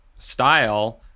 style